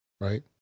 right